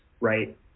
right